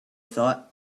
thought